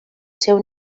seu